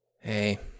Hey